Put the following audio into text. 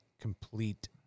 complete